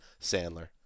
Sandler